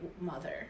mother